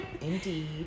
Indeed